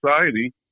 society